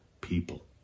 people